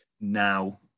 now